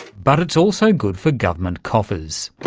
but it's also good for government coffers.